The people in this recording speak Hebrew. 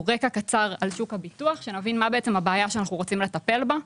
רקע קצר על שוק הביטוח כדי שנבין מה הבעיה שאנחנו רוצים לטפל בה.